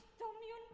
don't you